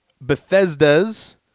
Bethesda's